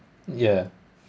yeah